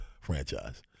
franchise